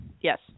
Yes